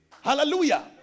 Hallelujah